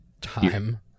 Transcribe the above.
Time